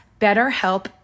betterhelp